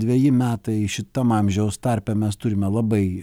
dveji metai šitam amžiaus tarpe mes turime labai